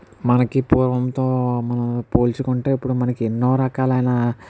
మనకి పూర్వంతో మనం పోల్చుకుంటే ఇప్పుడు మనకి ఎన్నో రకాలైన